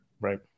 Right